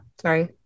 sorry